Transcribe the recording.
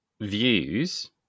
views